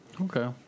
Okay